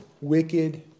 wicked